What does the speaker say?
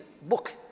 book